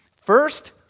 First